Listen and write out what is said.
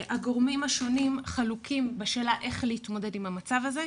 הגורמים השונים חלוקים בשאלה איך להתמודד עם המצב הזה.